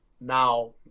now